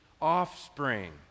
offspring